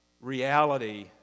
reality